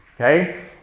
Okay